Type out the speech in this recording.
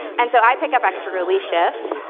and so i pick up extra relief shifts,